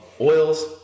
oils